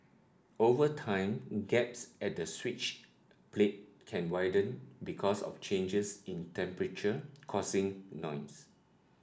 over time gaps at the switch plate can widened because of changes in temperature causing noise